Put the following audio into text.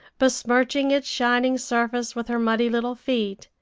besmirching its shining surface with her muddy little feet,